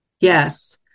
Yes